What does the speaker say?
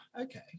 okay